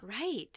Right